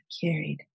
carried